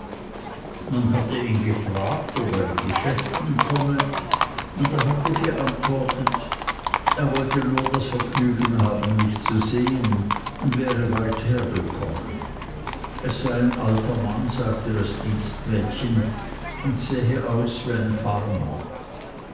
man hatte ihn gefragt ob er in geschäften komme und er hatte geantwortet er wollte nur das vergnügen haben mich zu sehen und wäre weit hergekommen es sei ein alter mann sagte das dienstmädchen und sähe aus wie ein farmer